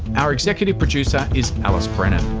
our executive producer is alice brennan.